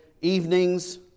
evenings